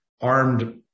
armed